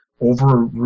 over